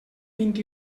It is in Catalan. vint